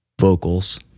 vocals